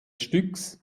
stücks